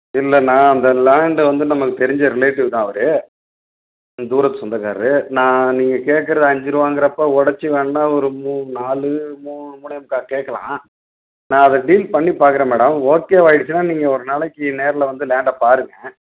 இல்லை நான் அந்த லேண்டு வந்து நமக்கு தெரிஞ்ச ரிலேட்டிவ் தான் அவர் தூரத்து சொந்தக்காரர் நான் நீங்கள் கேட்குறது அஞ்சு ரூபாங்குறப்ப உடச்சி வேண்ணால் ஒரு மூ நாலு மூ மூணே முக்கால் கேட்கலாம் நான் அதை டீல் பண்ணிப் பார்க்கறேன் மேடம் ஓகேவாகிடிச்சின்னா நீங்கள் ஒரு நாளைக்கு நேரில் வந்து லேண்டை பாருங்கள்